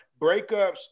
breakups